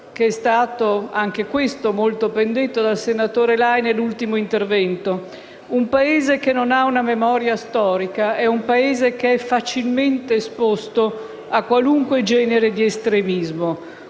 che è stato, anche questo, molto ben esposto dal senatore Lai nell'ultimo intervento: un Paese che non ha una memoria storica è un Paese facilmente esposto a qualunque genere di estremismo,